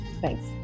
thanks